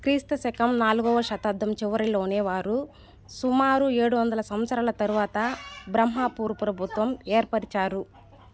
క్రీస్తు శకం నాలుగోవ శతాబ్దం చివరిలోనే వారు సుమారు ఏడువందల సంవత్సరాల తరువాత బ్రహ్మపూర్ ప్రభుత్వం ఏర్పరిచారు